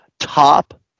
top